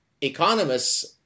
economists